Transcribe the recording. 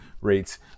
rates